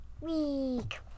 week